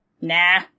Nah